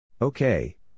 Okay